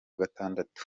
gatandatu